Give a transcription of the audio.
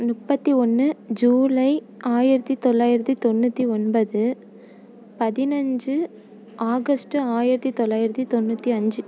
முப்பத்தி ஒன்று ஜூலை ஆயிரத்தி தொள்ளாயிரத்தி தொண்ணூற்றி ஒன்பது பதினஞ்சு ஆகஸ்ட்டு ஆயிரத்தி தொள்ளாயிரத்தி தொண்ணூற்றி அஞ்சு